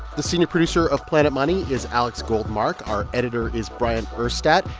the senior producer of planet money is alex goldmark. our editor is bryant urstadt.